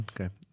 Okay